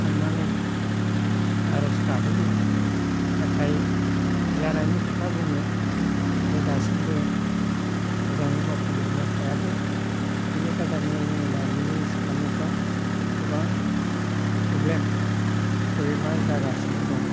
थांनानै आर'ज गाबहैयो नाथाय जानायनि खोथा बुङो आरो दासिमबो मोजाङै मावफुं जोबनो हायाखै बिनि थाखायनो जोङो दा बिजिनेस खालामनायफ्राव गोबां प्रब्लेम बे प्रब्लेमा जागासिनो दङ